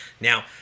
Now